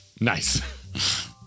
Nice